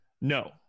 No